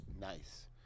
Nice